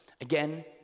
Again